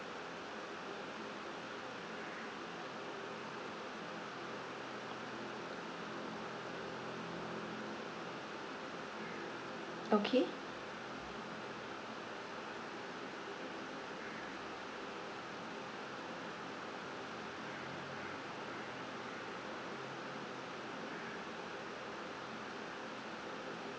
okay